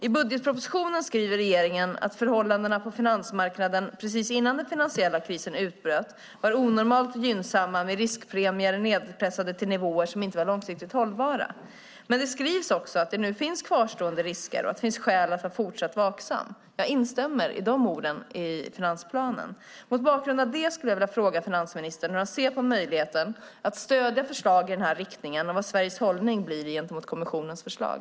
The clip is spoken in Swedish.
I budgetpropositionen skriver regeringen att förhållandena på finansmarknaden precis innan den finansiella krisen utbröt var onormalt gynnsamma med riskpremier nedpressade till nivåer som inte var långsiktigt hållbara. Men det skrivs också att det nu finns kvarstående risker och att det finns skäl att vara fortsatt vaksam. Jag instämmer i de orden i finansplanen. Mot bakgrund av det skulle jag vilja fråga finansministern hur han ser på möjligheten att stödja förslag i den här riktningen och vad Sveriges hållning blir gentemot kommissionens förslag.